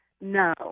No